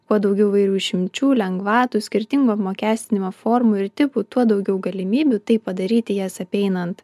kuo daugiau įvairių išimčių lengvatų skirtingo apmokestinimo formų ir tipų tuo daugiau galimybių tai padaryti jas apeinant